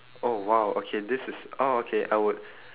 oh !wow! okay this is oh okay I would